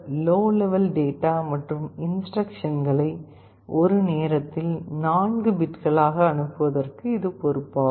low level data மற்றும் இன்ஸ்டிரக்க்ஷன்களை ஒரு நேரத்தில் 4 பிட்களாக அனுப்புவதற்கு இது பொறுப்பாகும்